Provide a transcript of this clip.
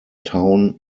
town